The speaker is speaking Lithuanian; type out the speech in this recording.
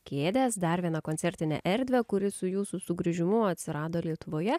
kėdes dar vieną koncertinę erdvę kuri su jūsų sugrįžimu atsirado lietuvoje